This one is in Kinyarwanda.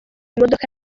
imodoka